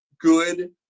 good